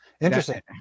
Interesting